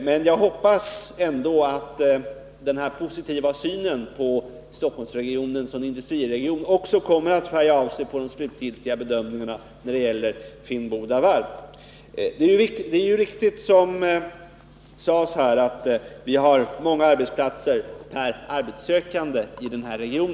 Men jag hoppas ändå att denna positiva syn på Stockholmsregionen som industriregion också kommer att färga av sig på de slutgiltiga bedömningarna när det gäller Finnboda varv. Det är riktigt, som sades här, att vi har många arbetsplatser per arbetssökande i denna region.